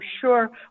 sure